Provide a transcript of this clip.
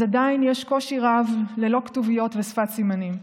עדיין יש קושי רב ללא כתוביות ושפת סימנים.